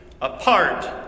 apart